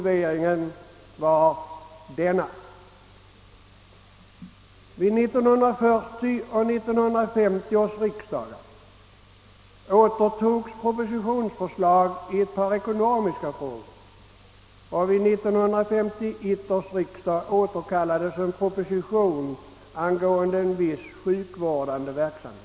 Vid 1940 och 1950 års riksdagar återtogs propositionsförslag i ett par ekonomiska frågor, och vid 1951 års riksdag återkallades en proposition angående viss sjukvårdande verksamhet.